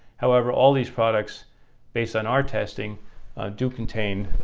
however, all these products based on our testing do contain